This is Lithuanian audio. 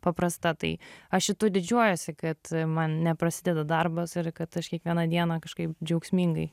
paprasta tai aš šitu didžiuojuosi kad man neprasideda darbas ir kad aš kiekvieną dieną kažkaip džiaugsmingai